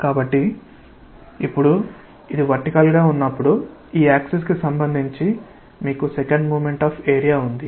కాబట్టి ఇప్పుడు ఇది వర్టికల్ గా ఉన్నప్పుడు ఈ యాక్సిస్ కి సంబంధించి మీకు సెకండ్ మోమెంట్ ఆఫ్ ఏరియా ఉంది